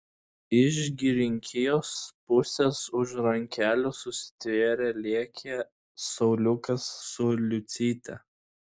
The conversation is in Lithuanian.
iš girininkijos pusės už rankelių susitvėrę lėkė sauliukas su liucyte